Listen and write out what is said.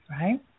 right